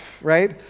right